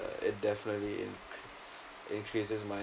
uh it definitely in~ increases my